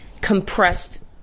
compressed